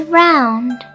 round